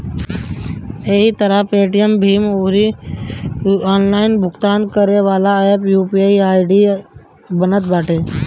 एही तरही पेटीएम, भीम अउरी ऑनलाइन भुगतान करेवाला एप्प पअ भी यू.पी.आई आई.डी बनत बाटे